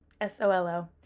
s-o-l-o